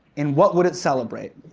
and what would it celebrate?